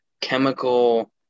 chemical